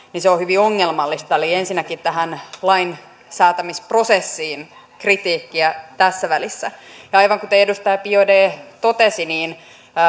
on hyvin ongelmallista eli ensinnäkin tähän lainsäätämisprosessiin kritiikkiä tässä välissä aivan kuten edustaja biaudet totesi